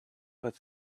but